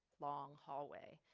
long hallway.